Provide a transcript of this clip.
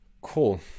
Cool